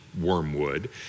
wormwood